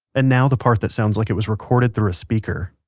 and now the part that sounds like it was recorded through a speaker.